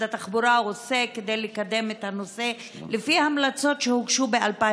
התחבורה עושה כדי לקדם את הנושא לפי המלצות שהוגשו ב-2018.